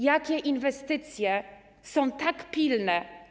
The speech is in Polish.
Jakie inwestycje są tak pilne?